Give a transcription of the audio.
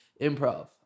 improv